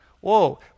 Whoa